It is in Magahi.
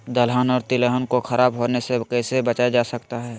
दलहन और तिलहन को खराब होने से कैसे बचाया जा सकता है?